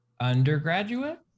Undergraduate